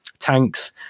tanks